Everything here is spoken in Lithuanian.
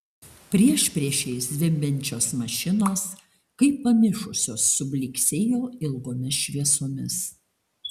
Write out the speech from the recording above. priešpriešiais zvimbiančios mašinos kaip pamišusios sublyksėjo ilgomis šviesomis